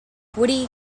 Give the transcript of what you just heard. witty